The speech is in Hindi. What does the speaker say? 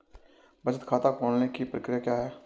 बचत खाता खोलने की प्रक्रिया क्या है?